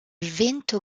vento